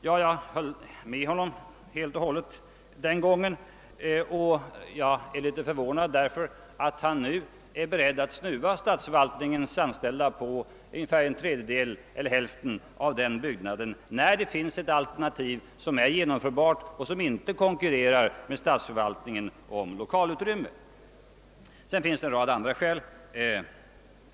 Ja, den gången höll jag med honom helt och hållet, och jag är därför litet förvånad att han nu är beredd att snuva statsförvaltningens anställda på en tredjedel eller kanske hälften av denna byggnad, när det finns ett alternativ som är genomförbart och som inte konkurrerar med statsförvaltningen om 1okalutrymme. Det finns en rad andra skäl.